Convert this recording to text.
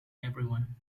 everyone